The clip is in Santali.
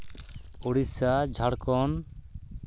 ᱩᱲᱤᱥᱥᱟ ᱡᱷᱟᱲᱠᱷᱚᱸᱰ